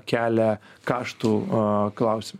kelia kaštų klausimų